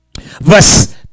verse